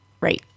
Right